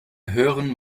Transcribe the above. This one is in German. hören